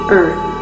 earth